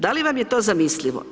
Da li vam je to zamislivo?